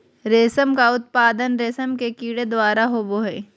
रेशम का उत्पादन रेशम के कीड़े द्वारा होबो हइ